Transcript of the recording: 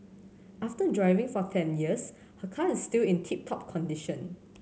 after driving for ten years her car is still in tip top condition